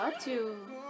two